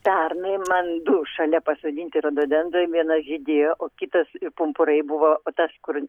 pernai man du šalia pasodinti rododendrai vienas žydėjo o kitas pumpurai buvo o tas kur